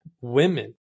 women